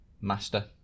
master